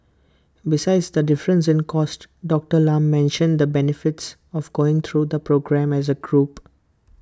besides the difference in cost Doctor Lam mentioned the benefits of going through the programme as A group